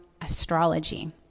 astrology